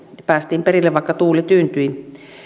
päästiin perille vaikka tuuli tyyntyi